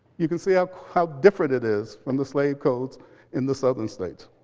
you can see how how different it is from the slave codes in the southern states